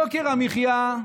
יוקר המחיה,